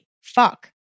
Fuck